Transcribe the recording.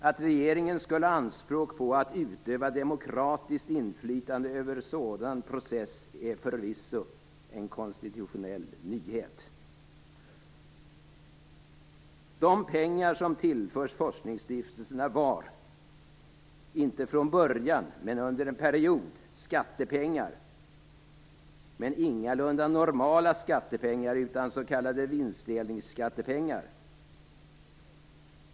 Att regeringen skulle ha anspråk på att "utöva demokratiskt inflytande" över en sådan process är förvisso en konstitutionell nyhet. inte från början men under en period - skattepengar, men ingalunda normala skattepengar utan s.k. vinstdelningsskattepengar.